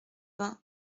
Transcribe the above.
vingts